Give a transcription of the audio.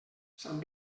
sant